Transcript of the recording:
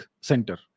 center